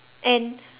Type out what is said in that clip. and